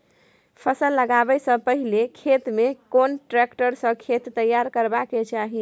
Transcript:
फसल लगाबै स पहिले खेत में कोन ट्रैक्टर स खेत तैयार करबा के चाही?